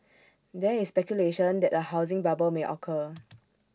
there is speculation that A housing bubble may occur